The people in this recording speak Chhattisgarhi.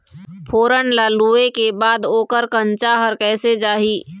फोरन ला लुए के बाद ओकर कंनचा हर कैसे जाही?